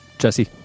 Jesse